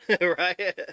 right